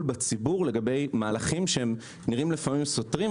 בציבור לגבי מהלכים שנראים לפעמים סותרים,